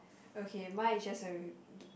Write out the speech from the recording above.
okay mine is just a